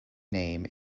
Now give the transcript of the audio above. name